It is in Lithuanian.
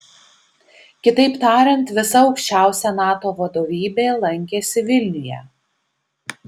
kitaip tariant visa aukščiausia nato vadovybė lankėsi vilniuje